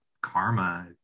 karma